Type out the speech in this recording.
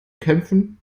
kämpfen